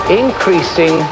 increasing